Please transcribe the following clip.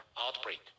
outbreak